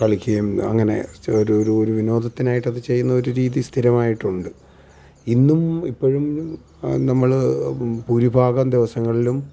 കളിക്കുകയും അങ്ങനെ ഒരോരു വിനോദത്തിനായിട്ട് അത് ചെയ്യുന്നൊരു രീതി സ്ഥിരമായിട്ടുണ്ട് ഇന്നും ഇപ്പോഴും നമ്മൾ ഭൂരിഭാഗം ദിവസങ്ങളിലും